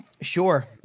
Sure